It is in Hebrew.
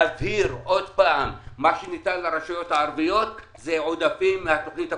ולהבהיר עוד פעם: מה שניתן לרשויות הערביות זה עודפים מהתוכנית הקודמת,